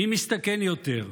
מי מסתכן יותר,